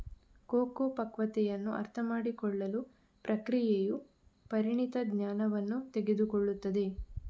cocoa ಪಕ್ವತೆಯನ್ನು ಅರ್ಥಮಾಡಿಕೊಳ್ಳಲು ಪ್ರಕ್ರಿಯೆಯು ಪರಿಣಿತ ಜ್ಞಾನವನ್ನು ತೆಗೆದುಕೊಳ್ಳುತ್ತದೆ